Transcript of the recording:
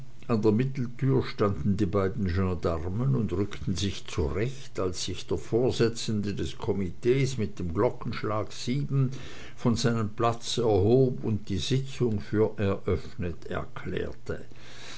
an der mitteltür standen die beiden gensdarmen und rückten sich zurecht als sich der vorsitzende des komitees mit dem glockenschlag sieben von seinem platz erhob und die sitzung für eröffnet erklärte